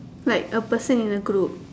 like a person in a group